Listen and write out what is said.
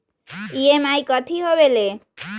EMI कथी होवेले?